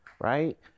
right